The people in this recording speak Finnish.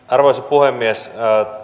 arvoisa puhemies